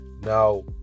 now